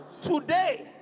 today